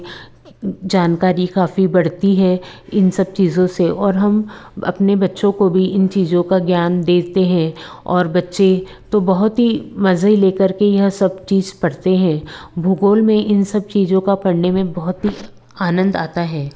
जानकारी काफ़ी बढ़ती है इन सब चीज़ों से और हम अपने बच्चों को भी इन चीज़ों का ज्ञान देते हैं और बच्चे तो बहुत ही मजे़ ले करके यह सब चीज़ पढ़ते हैं भूगोल में इन सब चीज़ों को पढ़ने में बहुत ही आनंद आता है